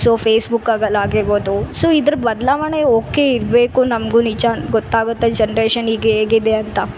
so ಫೇಸ್ಬುಕ್ಕಾಗಲಿ ಆಗಿರ್ಬೋದು so ಇದ್ರ ಬದ್ಲಾವಣೆ ಓಕೆ ಇರಬೇಕು ನಮಗು ನಿಜ ಗೊತ್ತಾಗುತ್ತೆ ಜನ್ರೇಷನ್ ಈಗ ಹೇಗಿದೆ ಅಂತ